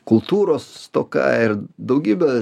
kultūros stoka ir daugybė